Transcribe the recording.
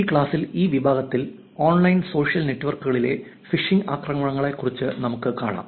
ഈ ക്ലാസ്സിൽ ഈ വിഭാഗത്തിൽ ഓൺലൈൻ സോഷ്യൽ നെറ്റ്വർക്കുകളിലെ ഫിഷിംഗ് ആക്രമണങ്ങളെക്കുറിച്ച് നമുക്ക് കാണാം